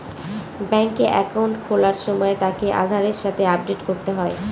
ব্যাঙ্কে একাউন্ট খোলার সময় তাকে আধারের সাথে আপডেট করতে হয়